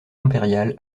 impérial